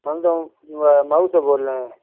پن دہوں مئو سے بول رہے ہیں